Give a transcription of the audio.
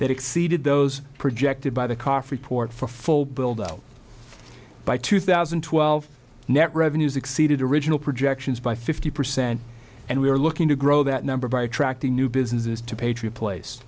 that exceeded those projected by the cough report for full build out by two thousand and twelve net revenues exceeded original projections by fifty percent and we are looking to grow that number by attracting new businesses to patriot place